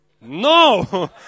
No